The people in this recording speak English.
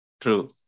True